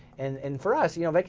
and and for us you know, like